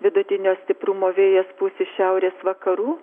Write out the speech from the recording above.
vidutinio stiprumo vėjas pūs iš šiaurės vakarų